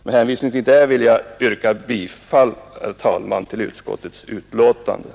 Med hänvisning till det anförda vill jag, herr talman, yrka bifall till utskottets hemställan.